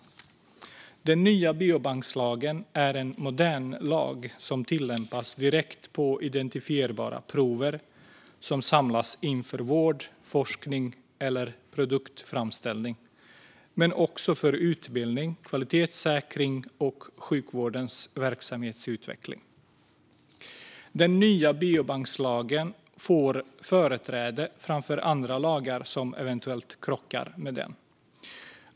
Den nya biobankslagen är en modern lag som tillämpas direkt på identifierbara prover som samlas in för vård, forskning eller produktframställning men också för utbildning, kvalitetssäkring och sjukvårdens verksamhetsutveckling. Den nya biobankslagen får företräde framför andra lagar som eventuellt krockar med den.